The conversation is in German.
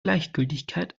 gleichgültigkeit